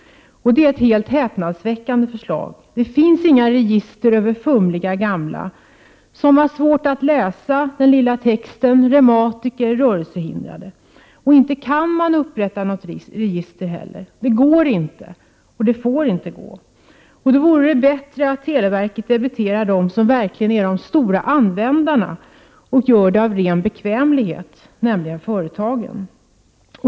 Det är ett häpnadsväckande förslag. Det finns inget register över fumliga gamla som har svårt att läsa den lilla texten, reumatiker eller rörelsehindrade. Det går inte, och får inte gå, att upprätta ett sådant register. Det vore bättre om televerket debiterade dem som verkligen är de stora användarna, och som är det av ren bekvämlighet, nämligen företagen.